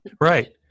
Right